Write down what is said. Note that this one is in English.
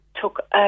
took